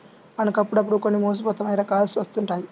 మనకు అప్పుడప్పుడు కొన్ని మోసపూరిత మైన కాల్స్ వస్తుంటాయి